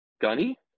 gunny